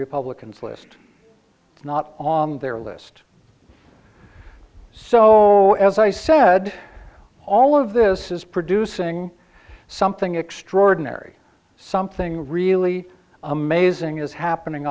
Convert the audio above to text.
republicans list not on their list so as i said all of this is producing something extraordinary something really amazing is happening